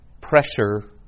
pressure